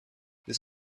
this